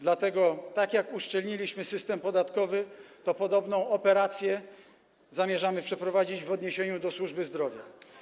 Dlatego tak jak uszczelniliśmy system podatkowy, podobną operację zamierzamy przeprowadzić w odniesieniu do służby zdrowia.